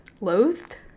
loathed